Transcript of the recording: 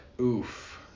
Oof